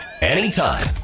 anytime